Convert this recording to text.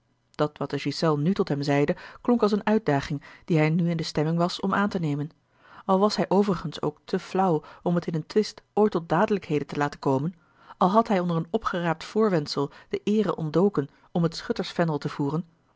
dat wat de ghiselles nu tot hem zeide klonk als eene uitdaging die hij nu in de stemming was om aan te nemen al was hij overigens ook te flauw om het in een twist ooit tot dadelijkheden te laten komen al had hij onder een opgeraapt voorwendsel de eere ontdoken om het schuttersvendel te voeren